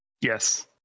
yes